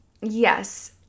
yes